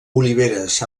oliveres